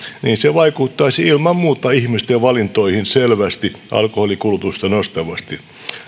niin se vaikuttaisi ilman muuta ihmisten valintoihin selvästi alkoholin kulutusta nostavasti